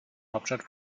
hauptstadt